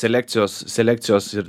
selekcijos selekcijos ir